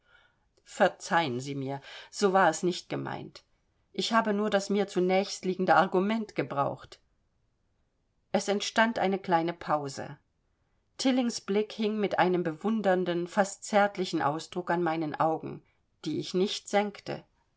verzeihen sie mir so war es nicht gemeint ich habe nur das mir zunächst liegende argument gebraucht es entstand eine kleine pause tillings blick hing mit einem bewundernden fast zärtlichen ausdruck an meinen augen die ich nicht senkte